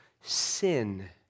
sin